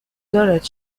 دارد